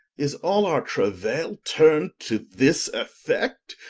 is all our trauell turn'd to this effect,